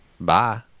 bye